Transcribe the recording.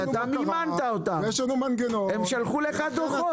אתה מימנת אותם, הם שלחו לך דוחות.